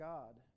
God